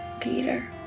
Peter